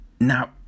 Now